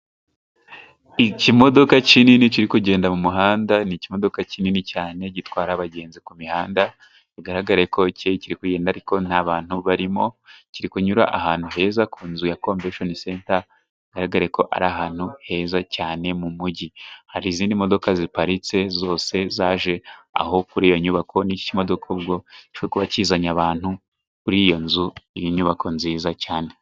Ikimodoka kinini kiri kugenda mu muhanda, ni ikimodoka kinini cyane gitwara abagenzi ku mihanda, bigaragare ko cyo kiri kugenda ariko nta bantu barimo, kiri kunyura ahantu heza ku nzu ya Convesheni Senta, bigaragare ko ari ahantu heza cyane mu mujyi. Hari izindi modoka ziparitse, zose zaje aho kuri iyo nyubako n'iki kimodoka ubwo cyo kuba kizanye abantu kuri iyo nzu, iyi nyubako nziza cyane.